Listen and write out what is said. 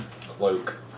Cloak